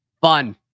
Fun